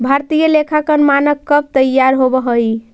भारतीय लेखांकन मानक कब तईयार होब हई?